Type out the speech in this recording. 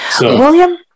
William